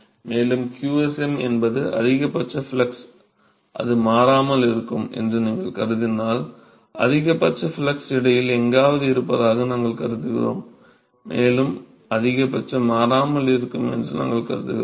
மேலும் qsm என்பது அதிகபட்ச ஃப்ளக்ஸ் என்றும் அது மாறாமல் இருக்கும் என்றும் நீங்கள் கருதினால் அதிகபட்ச ஃப்ளக்ஸ் இடையில் எங்காவது இருப்பதாக நாங்கள் கருதுகிறோம் மேலும் அதிகபட்சம் மாறாமல் இருக்கும் என்று நாங்கள் கருதுகிறோம்